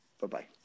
Bye-bye